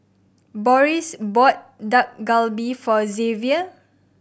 Boris bought Dak Galbi for Xzavier